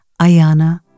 Ayana